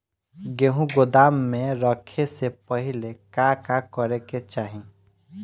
गेहु गोदाम मे रखे से पहिले का का करे के चाही?